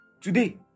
Today